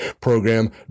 program